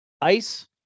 ice